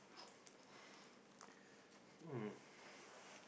hmm